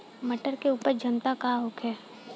मटर के उपज क्षमता का होखे?